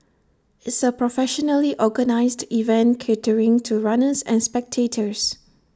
it's A professionally organised event catering to runners and spectators